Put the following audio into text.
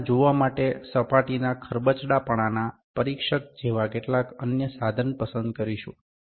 અને આપણે જોવા માટે સપાટીના ખરબચડાપણાના પરીક્ષક જેવા કેટલાક અન્ય સાધન પસંદ કરીશું